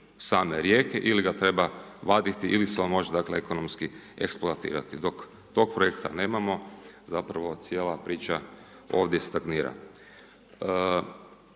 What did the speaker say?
sam rijeke ili ga treba vaditi ili se on može ekonomski eksploatirati. Dok tog projekta nemamo zapravo cijela priča ovdje stagnira.